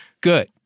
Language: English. Good